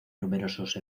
numerosos